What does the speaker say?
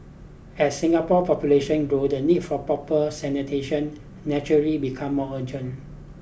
as Singapore population grew the need for proper sanitation naturally become more urgent